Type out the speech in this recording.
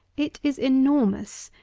it is enormous,